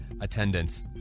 attendance